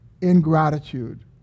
ingratitude